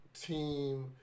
team